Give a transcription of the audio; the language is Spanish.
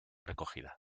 recogida